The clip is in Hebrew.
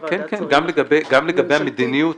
גם לגבי המדיניות